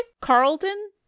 Carlton